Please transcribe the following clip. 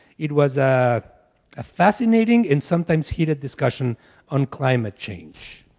it was a ah fascinating and sometimes heated discussion on climate change,